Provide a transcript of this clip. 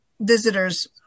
visitors